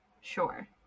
Sure